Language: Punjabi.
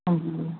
ਹਾਂਜੀ